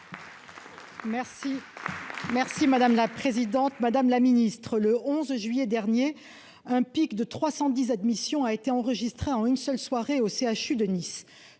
merci, madame la. Présidente, Madame la Ministre, le 11 juillet dernier un pic de 310 admission a été enregistré en une seule soirée au CHU de Nice,